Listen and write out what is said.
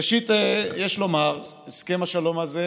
ראשית יש לומר שהסכם השלום הזה,